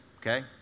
okay